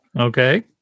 Okay